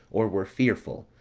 or were fearful,